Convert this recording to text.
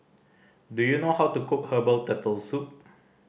do you know how to cook herbal Turtle Soup